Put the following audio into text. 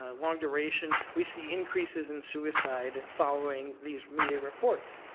ah long duration, we see increases in suicide following these media reports.